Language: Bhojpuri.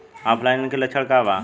ऑफलाइनके लक्षण क वा?